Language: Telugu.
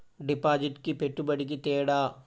డిపాజిట్కి పెట్టుబడికి తేడా?